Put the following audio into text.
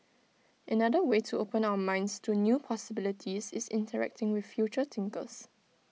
another way to open our minds to new possibilities is interacting with future thinkers